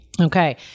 Okay